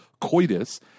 coitus